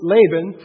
Laban